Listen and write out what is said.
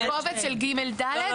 בקובץ של ג'-ד'?